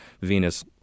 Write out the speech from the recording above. Venus